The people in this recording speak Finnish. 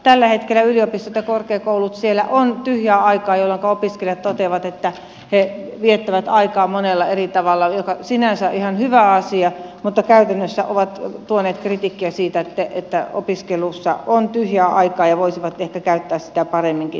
tällä hetkellä yliopistoissa ja korkeakouluissa on tyhjää aikaa jolloinka opiskelijat toteavat että he viettävät aikaa monella eri tavalla mikä on sinänsä ihan hyvä asia mutta käytännössä ovat tuoneet kritiikkiä siitä että opiskelussa on tyhjää aikaa ja voisivat ehkä käyttää sitä paremminkin